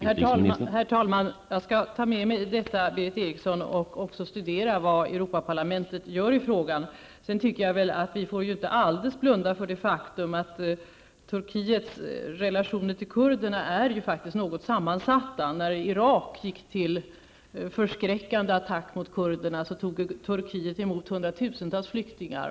Herr talman! Jag skall ta med mig denna information, Berith Eriksson, och studera vad Europaparlamentet gör i frågan. Vi får inte alldeles blunda för det faktum att Turkiets relationer till kurderna är något sammansatta. När Irak gick till förskräckande attack mot kurderna, tog Turkiet emot hundratusentals flyktingar.